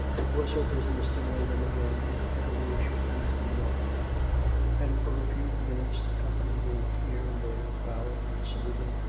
it was her business to know them again if ever they should meet in the north and for a few minutes the company moved here and there, bowing and saluting,